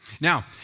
Now